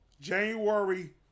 January